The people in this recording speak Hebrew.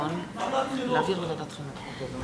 לוועדת החינוך.